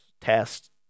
test